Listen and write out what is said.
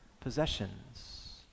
possessions